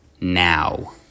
Now